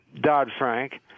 Dodd-Frank